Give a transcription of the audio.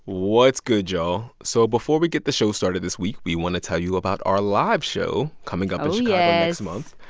what's good, y'all? so before we get the show started this week, we want to tell you about our live show coming up but yeah yeah in